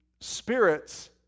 spirits